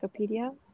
Wikipedia